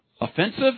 offensive